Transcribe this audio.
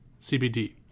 CBD